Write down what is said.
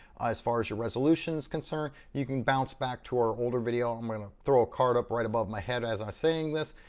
as far as your resolution's concerned, you can bounce back to our older video. um i'm gonna throw a card up right above my head as i'm saying this,